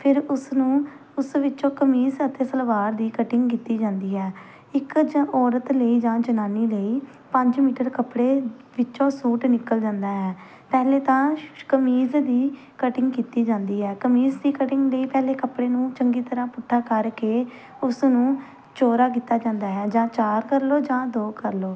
ਫਿਰ ਉਸਨੂੰ ਉਸ ਵਿੱਚੋਂ ਕਮੀਜ਼ ਅਤੇ ਸਲਵਾਰ ਦੀ ਕਟਿੰਗ ਕੀਤੀ ਜਾਂਦੀ ਹੈ ਇੱਕ ਜਾਂ ਔਰਤ ਲਈ ਜਾਂ ਜਨਾਨੀ ਲਈ ਪੰਜ ਮੀਟਰ ਕੱਪੜੇ ਵਿੱਚੋਂ ਸੂਟ ਨਿਕਲ ਜਾਂਦਾ ਹੈ ਪਹਿਲੇ ਤਾਂ ਕਮੀਜ਼ ਦੀ ਕਟਿੰਗ ਕੀਤੀ ਜਾਂਦੀ ਹੈ ਕਮੀਜ਼ ਦੀ ਕਟਿੰਗ ਲਈ ਪਹਿਲੇ ਕੱਪੜੇ ਨੂੰ ਚੰਗੀ ਤਰ੍ਹਾਂ ਪੁੱਠਾ ਕਰਕੇ ਉਸਨੂੰ ਚਹੁਰਾ ਕੀਤਾ ਜਾਂਦਾ ਹੈ ਜਾਂ ਚਾਰ ਕਰ ਲਓ ਜਾਂ ਦੋ ਕਰ ਲਓ